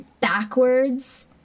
backwards